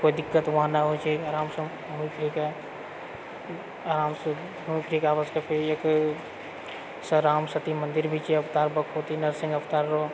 कोइ दिक्कत वहाँ नहि होइ छै आरामसँ घुमि फिरके आरामसँ घुमि फिरके हमरा सभकेँ फिर एक राम सती मन्दिर भी छै अवतार बपौती नरसिंह अवतार रऽ